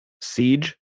Siege